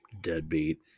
Deadbeat